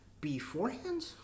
Beforehand